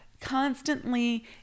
constantly